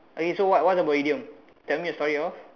okay so what what about idiom tell me a story of